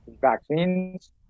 vaccines